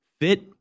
fit